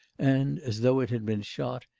and, as though it had been shot,